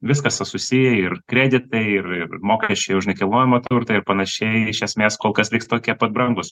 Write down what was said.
viskas kas susiję ir kreditai ir ir mokesčiai už nekilnojamą turtą ir panašiai iš esmės kol kas liks tokie pat brangūs